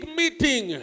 meeting